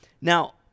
Now